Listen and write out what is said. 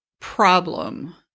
problem